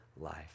Life